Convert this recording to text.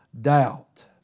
doubt